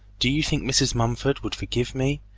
do you think mrs. mumford would forgive me?